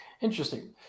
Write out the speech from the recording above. Interesting